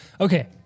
Okay